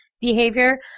behavior